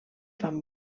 fan